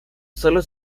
solo